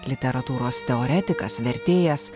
literatūros teoretikas vertėjas